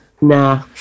Nah